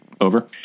Over